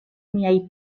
miaj